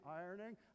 ironing